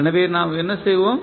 எனவே நாம் என்ன செய்வோம்